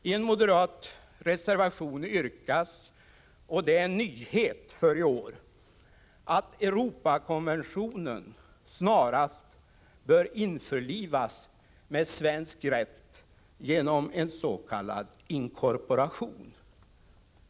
I en moderat reservation yrkas — det är en nyhet för i år — att Europakonventionen snarast bör införlivas med svensk rätt genom en s.k. inkorporation.